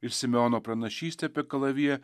ir simeono pranašystę apie kalaviją